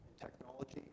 technology